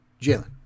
Jalen